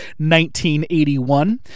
1981